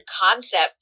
concept